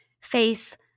face